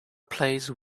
plays